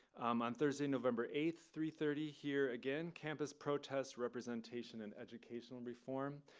um on thursday, november eight, three thirty, here again, campus protests, representation, and educational reform.